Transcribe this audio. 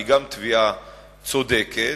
היא גם תביעה צודקת,